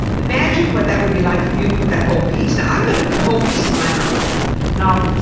imagine what that would be like if you'd put that whole piece. now i'm going to put the whole piece in my mouth now,